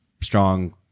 strong